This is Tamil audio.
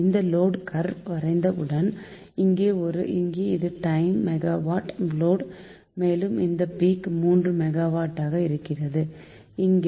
இந்த லோடு கர்வ் வரைந்த உடன் இங்கே இது டைம் இது மெகாவாட் லோடு மேலும் இந்த பீக் 3 மெகாவாட் ஆக இருக்கிறது இங்கே